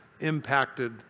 impacted